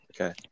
Okay